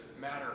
matter